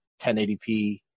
1080p